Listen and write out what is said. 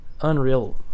unreal